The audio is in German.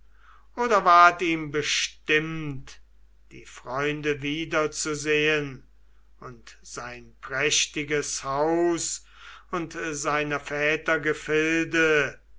oder ward ihm bestimmt die freunde wiederzusehen und sein prächtiges haus und seiner väter gefilde